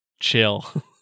Chill